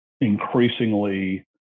increasingly